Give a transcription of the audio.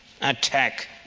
attack